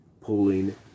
pulling